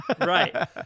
Right